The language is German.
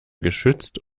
geschützt